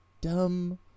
dumb